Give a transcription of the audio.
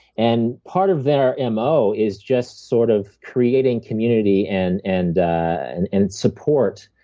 and part of their mo is just sort of creating community and and and and support